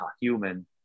human